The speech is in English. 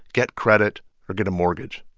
get credit or get a mortgage.